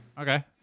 Okay